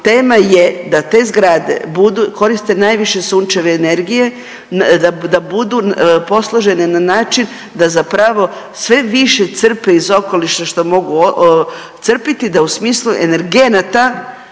tema je da te zgrade budu koriste najviše sunčeve energije da budu posložene na način da zapravo sve više crpe iz okoliša što mogu crpiti da u smislu energenata